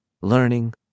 learning